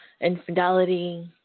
infidelity